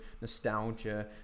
nostalgia